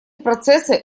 процессы